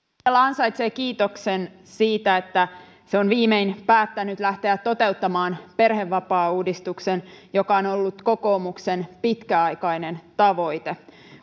hallitus ansaitsee kiitoksen siitä että se on viimein päättänyt lähteä toteuttamaan perhevapaauudistuksen joka on on ollut kokoomuksen pitkäaikainen tavoite